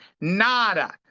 Nada